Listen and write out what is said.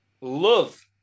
love